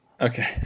Okay